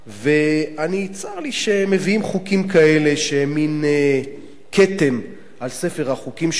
וצר לי שמביאים חוקים כאלה שהם מין כתם על ספר החוקים שלנו,